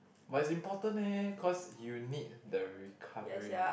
but it's important eh cause you need the recovery